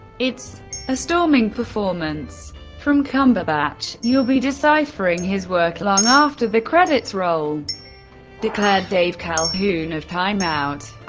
it's a storming performance from cumberbatch you'll be deciphering his work long after the credits roll declared dave calhoun of time out.